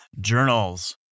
journals